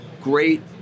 great